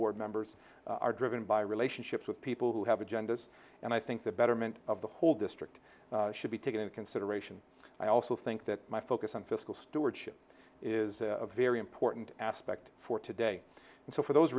board members are driven by relationships with people who have agendas and i think the betterment of the whole district should be taken into consideration i also think that my focus on fiscal stewardship is a very important aspect for today and so for those